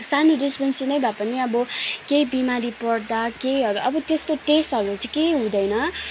सानो डिस्पेन्सरी नै भए पनि अब केही बिमारी पर्दा केहीहरू अब त्यस्तो टेस्टहरू चाहिँ केही हुँदैन